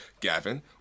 Gavin